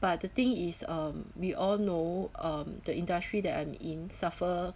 but the thing is um we all know um the industry that I'm in suffer